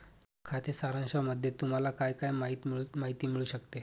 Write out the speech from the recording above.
खाते सारांशामध्ये तुम्हाला काय काय माहिती मिळू शकते?